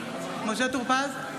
פז,